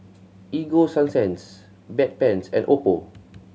Ego Sunsense Bedpans and Oppo